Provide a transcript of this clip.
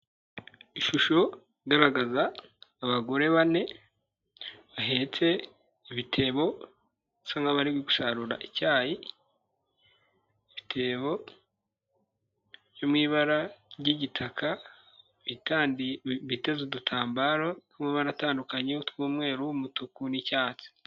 Ishusho garagaza abagore bane bahetse ibitebo, bisa nk'aho bari gusarura icyayi, ibitebo byo mu ibara ry'igitaka, bateze udutambaro tw'amabara atandukanye tw'umweru, umutuku n'icyatsi.